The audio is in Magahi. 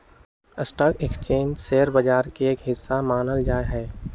स्टाक एक्स्चेंज के शेयर बाजार के एक हिस्सा मानल जा हई